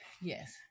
yes